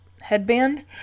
headband